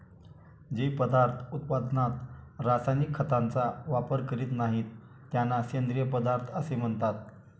जे पदार्थ उत्पादनात रासायनिक खतांचा वापर करीत नाहीत, त्यांना सेंद्रिय पदार्थ असे म्हणतात